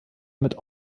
mit